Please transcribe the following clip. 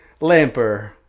Lamper